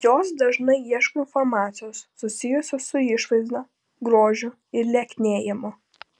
jos dažniau ieško informacijos susijusios su išvaizda grožiu ir lieknėjimu